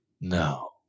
no